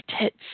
tits